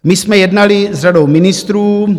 My jsme jednali s řadou ministrů.